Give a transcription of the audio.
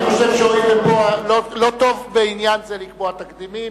אני חושב שלא טוב בעניין זה לקבוע תקדימים.